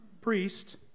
Priest